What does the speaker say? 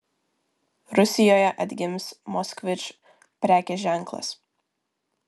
rusijoje atgims moskvič prekės ženklas